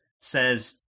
says